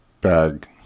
bag